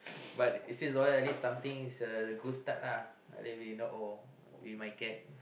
but it says down there at least something is a good start lah believe it or we might get